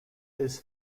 his